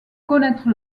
connaître